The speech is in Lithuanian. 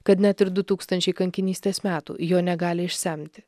kad net ir du tūkstančiai kankinystės metų jo negali išsemti